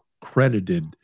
credited